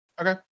Okay